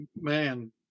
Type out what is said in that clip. man